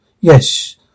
yes